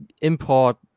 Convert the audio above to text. import